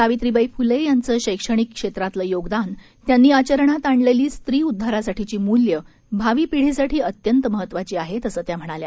सावित्रीबाई फुले यांच शक्तणिक क्षेत्रातलं योगदान त्यांनी आचरणात आणलेली स्त्री उद्वारासाठीची मुल्ये भावी पिढीसाठी अत्यंत महत्त्वाची आहेत असं त्या म्हणाल्या